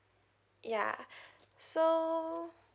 ya so